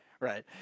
Right